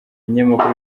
ibinyamakuru